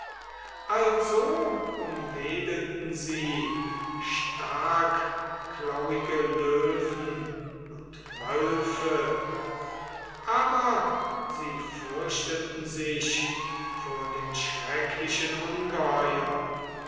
also umwedelten sie starkklauige löwen und wölfe aber sie fürchteten sich vor den schrecklichen ungeheuern